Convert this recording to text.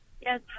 Yes